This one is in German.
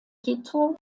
quito